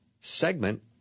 segment